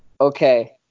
Okay